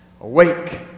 awake